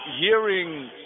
hearing